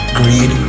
greed